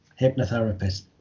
hypnotherapist